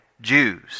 Jews